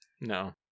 No